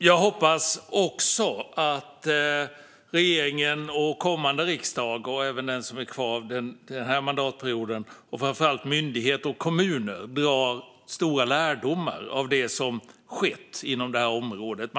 Jag hoppas också att regeringen, kommande riksdag - och även den som finns under den återstående mandatperioden - och framför allt myndigheter och kommuner drar stora lärdomar av det som har skett inom området.